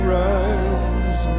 rise